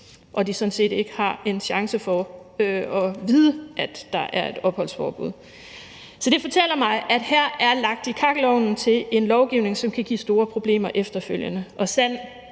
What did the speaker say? og de sådan set ikke har en chance for at vide, at der er et opholdsforbud. Så det fortæller mig, at her er lagt i kakkelovnen til en lovgivning, som kan give store problemer efterfølgende.